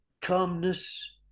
calmness